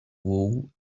wool